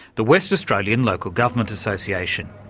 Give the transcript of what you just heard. the west australian local government association.